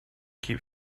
keep